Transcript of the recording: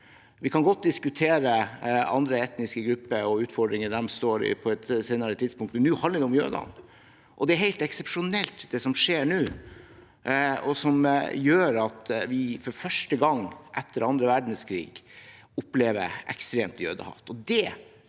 Vi kan godt diskutere andre etniske grupper og utfordringer de står i, på et senere tidspunkt. Nå handler det om jødene, og det er helt eksepsjonelt, det som skjer nå. Det gjør at vi for første gang etter annen verdenskrig opplever ekstremt jødehat.